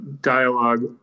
dialogue